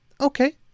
Okay